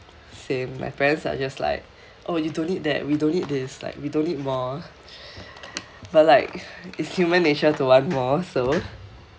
same my parents are just like oh you don't need that we don't need this like we need more but like it's human nature to want more so